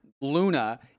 luna